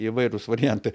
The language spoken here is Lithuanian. įvairūs variantai